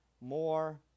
more